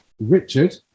Richard